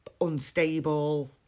unstable